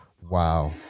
wow